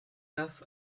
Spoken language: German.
das